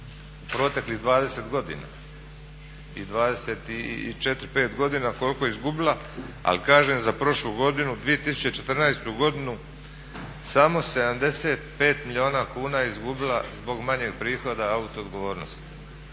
proteklih 20 godina i 24, 25 godina koliko je izgubila. Ali kažem za prošlu godinu 2014. godinu samo 75 milijuna kuna je izgubila zbog manjeg prihoda auto odgovornosti.